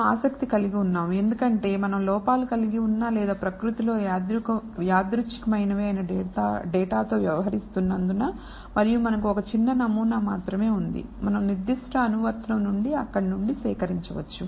మనం ఆసక్తి కలిగి ఉన్నాము ఎందుకంటే మనం లోపాలు కలిగి ఉన్న లేదా ప్రకృతిలో యాదృచ్ఛికమైనవి అయిన డేటాతో వ్యవహరిస్తున్నందున మరియు మనకు ఒక చిన్న నమూనా మాత్రమే ఉంది మనం నిర్దిష్ట అనువర్తనం నుండి అక్కడ నుండి సేకరించవచ్చు